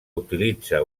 utilitza